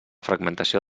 fragmentació